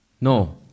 No